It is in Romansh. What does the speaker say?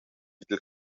dil